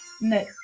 No